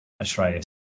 Australia